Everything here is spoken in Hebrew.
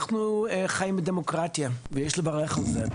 אנחנו חיים בדמוקרטיה ויש לברך על כך.